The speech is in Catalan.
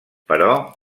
però